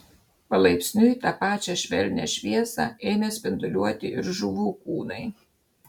palaipsniui tą pačią švelnią šviesą ėmė spinduliuoti ir žuvų kūnai